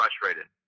frustrated